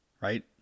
right